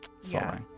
Sorry